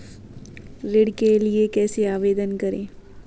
ऋण के लिए कैसे आवेदन करें?